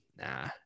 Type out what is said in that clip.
nah